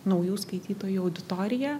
naujų skaitytojų auditoriją